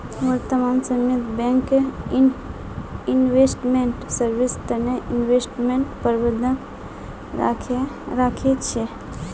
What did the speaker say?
वर्तमान समयत bank investment service तने इन्वेस्टमेंट प्रबंधक राखे छे